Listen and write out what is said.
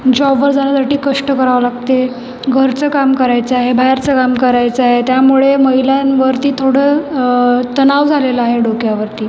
जॉबवर जाण्यासाठी कष्ट करावं लागते घरचं काम करायचं आहे बाहेरचं काम करायचं आहे त्यामुळे महिलांवरती थोडं तणाव झालेला आहे डोक्यावरती